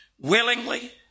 Willingly